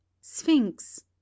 Sphinx